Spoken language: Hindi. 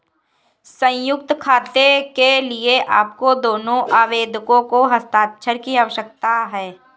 संयुक्त खाते के लिए आपको दोनों आवेदकों के हस्ताक्षर की आवश्यकता है